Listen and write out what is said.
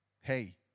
Hey